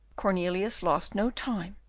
cornelius lost no time,